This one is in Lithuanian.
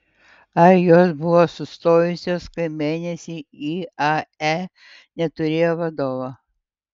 ar jos buvo sustojusios kai mėnesį iae neturėjo vadovo